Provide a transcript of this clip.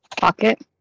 pocket